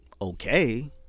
okay